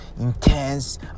intense